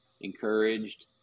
encouraged